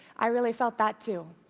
i really felt that too.